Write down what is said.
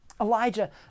Elijah